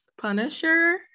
Punisher